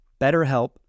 BetterHelp